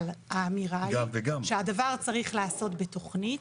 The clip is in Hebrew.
אבל האמירה היא שהדבר צריך להיעשות בתכנית,